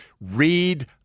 Read